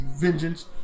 vengeance